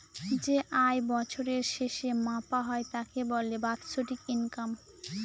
যে আয় বছরের শেষে মাপা হয় তাকে বলে বাৎসরিক ইনকাম